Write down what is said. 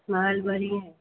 माहौल बढ़िया है